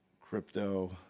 crypto